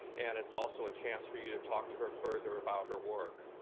and it's also a chance for you to talk to her further about her work.